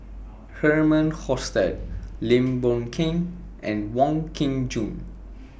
Herman Hochstadt Lim Boon Keng and Wong Kin Jong